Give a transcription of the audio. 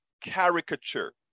caricature